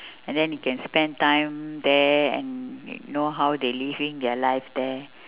and then you can spend time there and know how they living their life there